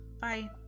Bye